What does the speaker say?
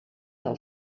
del